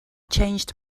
changed